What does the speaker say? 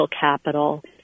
capital